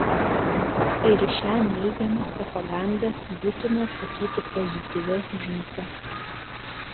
ir į šią neigiamą propagandą būtina atsakyti pozityvia žinute